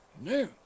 No